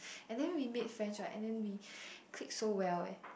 and then we made friends right and then we click so well eh